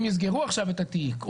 אם יסגרו עכשיו את התיק,